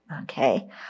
Okay